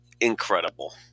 incredible